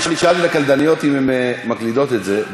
אני שאלתי את הקלדניות אם הן מקלידות את זה,